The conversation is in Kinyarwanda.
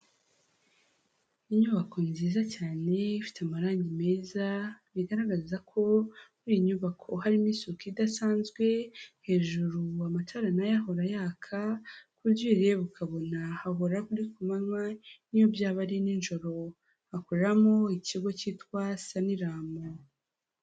Inyubako nziza cyane ifite amarangi meza bigaragaza ko ubu muri iyi nyubako harimo isuku idasanzwe, hejuru amatara n'ayo ahora yaka ku buryo uyireba ukabona habora ari ku manywa n'iyo byaba ari nijoro, hakoreramo ikigo cyitwa Saniramu.